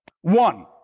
One